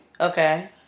Okay